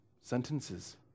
sentences